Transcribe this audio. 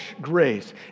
grace